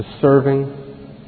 serving